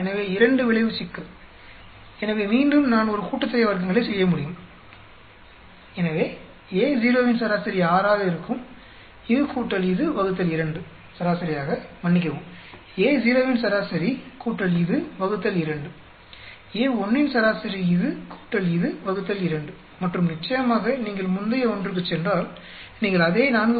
எனவே இரண்டு விளைவு சிக்கல் எனவே மீண்டும் நான் ஒரு கூட்டுத்தொகை வர்க்கங்களைச் செய்ய முடியும் எனவே Ao இன் சராசரி 6 ஆக இருக்கும் இது இது 2 சராசரியாக மன்னிக்கவும் Ao இன் சராசரி இது 2 A1 இன் சராசரி இது கூட்டல் இது 2 மற்றும் நிச்சயமாக நீங்கள் முந்தைய ஒன்றுக்குச் சென்றால் நீங்கள் அதே 4